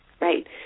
right